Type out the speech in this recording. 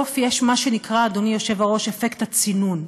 בסוף יש, מה שנקרא, אדוני היושב-ראש, אפקט הצינון,